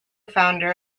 founder